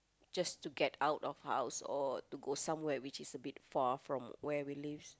just to get out of house or to go somewhere which is a bit far from where we live